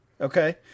Okay